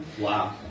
Wow